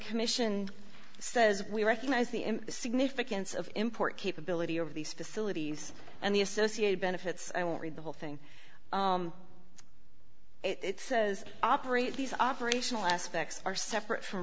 commission says we recognize the significance of import capability of these facilities and the associated benefits i will read the whole thing it says operate these operational aspects are separate from